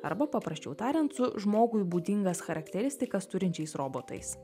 arba paprasčiau tariant su žmogui būdingas charakteristikas turinčiais robotais